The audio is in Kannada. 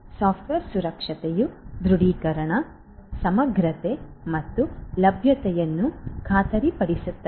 ಸಾಫ್ಟ್ವೇರ್ ಸುರಕ್ಷತೆಯು ದೃಡೀಕರಣ ಸಮಗ್ರತೆ ಮತ್ತು ಲಭ್ಯತೆಯನ್ನು ಖಾತರಿಪಡಿಸುತ್ತದೆ